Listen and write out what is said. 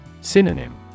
Synonym